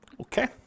Okay